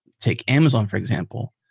take amazon for example.